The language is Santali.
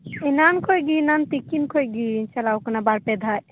ᱮᱱᱟᱱ ᱠᱷᱚᱡ ᱜᱮ ᱮᱱᱟᱱ ᱛᱤᱠᱤᱱ ᱠᱷᱚᱡ ᱜᱮᱧ ᱪᱟᱞᱟᱣ ᱟᱠᱟᱱᱟ ᱵᱟᱨ ᱯᱮ ᱫᱷᱟᱣ